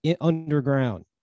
Underground